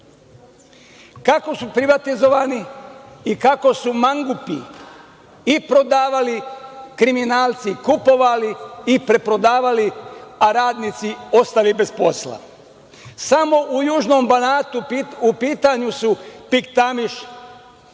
Kako su privatizovani i kako su mangupi i prodavali, kriminalci kupovali i preprodavali, a radnici ostali bez posla. Samo u južnom Banatu u pitanju su PIK „Tamiš“,